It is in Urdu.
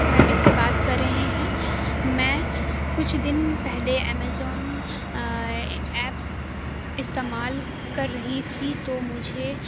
سروس سے بات کر رہے ہیں میں کچھ دن پہلے امیزون ایپ استعمال کر رہی تھی تو مجھے